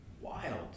wild